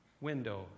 window